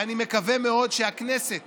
ואני מקווה מאוד שהכנסת